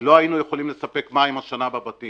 לא היינו יכולים לספק מים בבתים השנה.